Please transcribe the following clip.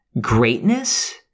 Greatness